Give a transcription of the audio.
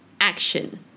action